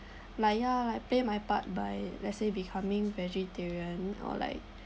like ya I play my part by let's say becoming vegetarian or like